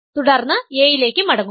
തുടർന്ന് A യിലേക്ക് മടങ്ങുക